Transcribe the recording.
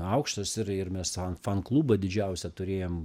aukštas ir ir mes ten fanklubą didžiausią turėjom